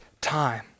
time